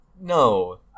No